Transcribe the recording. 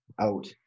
out